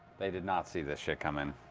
they did not see this shit coming.